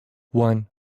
one